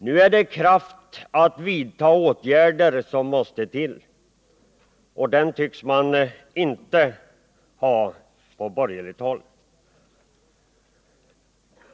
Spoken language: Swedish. Nu är det kraft att vidta åtgärder som måste till, och den tycks man inta ha på borgerligt håll.